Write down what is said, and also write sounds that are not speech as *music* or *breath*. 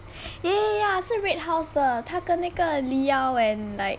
*breath* eh ya 是 red house 的他跟那个 liao and like